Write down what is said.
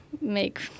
make